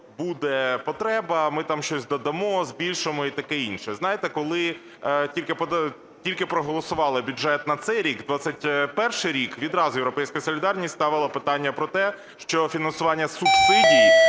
буде потреба, ми там щось додамо, збільшимо і таке інше. Знаєте, коли тільки проголосували бюджет на цей рік, 21-й рік, відразу "Європейська солідарність" ставила питання про те, що фінансування субсидій,